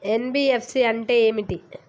NBFC అంటే ఏమిటి?